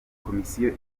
komisiyo